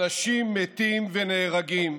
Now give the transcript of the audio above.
אנשים מתים ונהרגים,